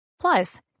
Plus